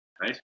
right